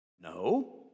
No